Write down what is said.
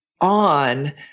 on